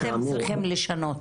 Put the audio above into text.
מה אתם צריכים לשנות?